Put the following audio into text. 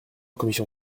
commission